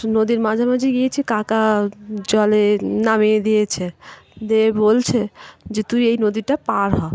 নদীর মাঝামাঝি গিয়েছি কাকা জলে নামিয়ে দিয়েছে দিয়ে বলছে যে তুই এই নদীটা পার হ